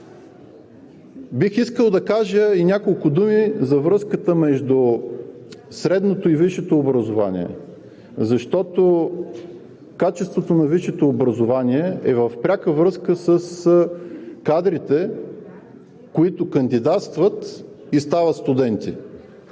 Бих искал да кажа и няколко думи за връзката между средното и висшето образование, защото качеството на висшето образование е в пряка връзка с кадрите, които кандидатстват и стават студенти.